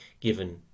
given